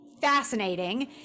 fascinating